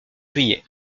juillet